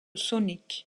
sonic